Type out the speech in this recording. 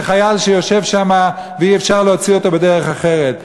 חייל שיושב שם ואי-אפשר להוציא אותו בדרך אחרת.